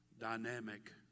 dynamic